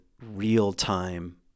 real-time